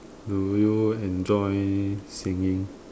do you enjoy singing